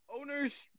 owners